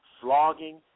flogging